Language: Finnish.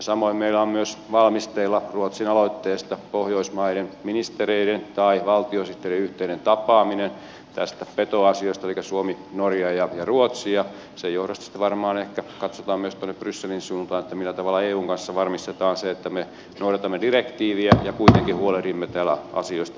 samoin meillä on myös valmisteilla ruotsin aloitteesta pohjoismaiden ministereiden tai valtiosihteereiden yhteinen tapaaminen tästä petoasiasta elikkä suomi norja ja ruotsi ja sen johdosta sitten varmaan ehkä katsotaan myös tuonne brysselin suuntaan millä tavalla eun kanssa varmistetaan se että me noudatamme direktiiviä ja kuitenkin huolehdimme täällä asioista